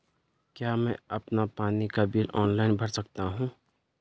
क्या मैं अपना पानी का बिल ऑनलाइन भर सकता हूँ?